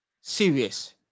serious